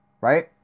right